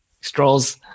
strolls